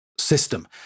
system